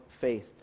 faith